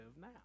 now